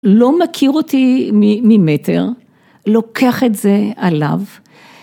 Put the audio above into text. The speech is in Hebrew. לא מכיר אותי ממטר, לוקח את זה עליו.